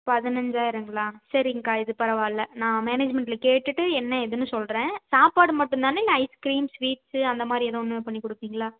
பதினஞ்சாயிரங்களா சரிங்க்கா இது பரவாயில்ல நான் மேனெஜ்மென்டில் கேட்டுவிட்டு என்ன ஏதுன்னு சொல்கிற சாப்பாடு மட்டுந்தானா இல்லை ஐஸ்கிரீம் ஸ்வீட்சு அந்த மாதிரி எதுவும் இன்னும் பண்ணி கொடுப்பிங்ளா